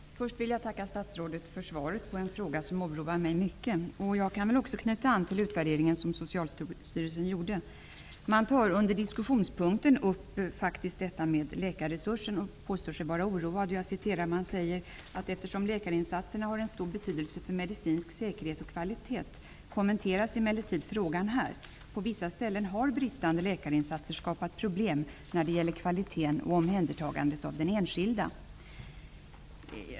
Fru talman! Först vill jag tacka statsrådet för svaret på en fråga som oroar mig mycket. Jag kan också knyta an till utvärderingen som Socialstyrelsen har gjort. Socialstyrelsen tar upp frågan om läkarresurser och påstår sig vara oroad. Socialstyrelsen säger att eftersom läkarinsatserna har en stor betydelse för medicinsk säkerhet och kvalitet kommenteras emellertid frågan. På vissa håll har bristande läkarinsatser skapat problem när det gäller kvaliteten och omhändertagandet av den enskilde.